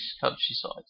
countryside